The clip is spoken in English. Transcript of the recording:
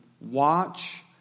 Watch